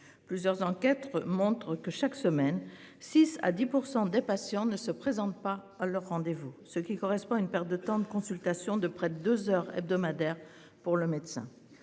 Plusieurs enquêtes montrent que chaque semaine 6 à 10% des patients ne se présente pas à leur rendez-vous. Ce qui correspond à une perte de temps de consultation de près de 2h hebdomadaires pour le médecin,